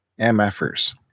MFers